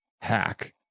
hack